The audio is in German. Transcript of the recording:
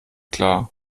klar